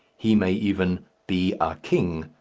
he may even be a king!